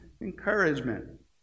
Encouragement